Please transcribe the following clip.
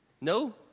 No